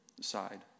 side